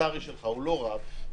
הפרלמנטרי שלך אינו רב,